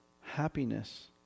happiness